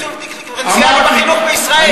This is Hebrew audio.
יש תקצוב דיפרנציאלי בחינוך בישראל?